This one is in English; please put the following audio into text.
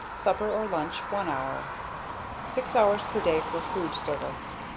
supper or lunch one hour six hours per day for food service.